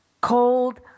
Cold